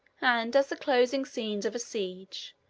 and as the closing scenes of a siege,